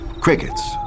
crickets